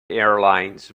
airlines